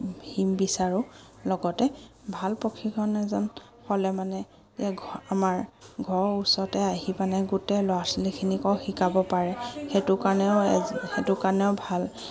সি বিচাৰোঁ লগতে ভাল প্ৰশিক্ষক এজন হ'লে মানে আমাৰ ঘৰৰ ওচৰতে আহি মানে গোটেই ল'ৰা ছোৱালীখিনিকো শিকাব পাৰে সেইটো কাৰণেও এ সেইটো কাৰণেও ভাল